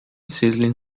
sizzling